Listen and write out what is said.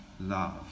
love